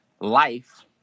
life